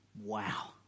wow